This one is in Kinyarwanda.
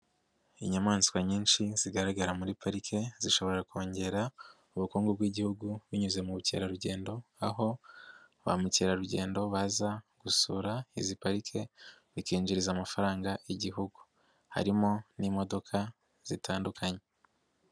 Inyamaswa nyinshi zigaragara muri pariki zishobora kongera ubukungu bw'Igihugu binyuze mu bukerarugendo aho ba mukerarugendo baza gusura izi parike bikinjiriza amafaranga y'Igihugu, harimo n'imodoka zitandukanye.